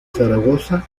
zaragoza